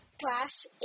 class